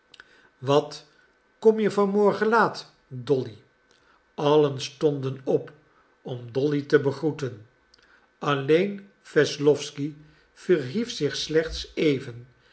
wat kom je van morgen laat dolly allen stonden op om dolly te begroeten alleen wesslowsky verhief zich slechts even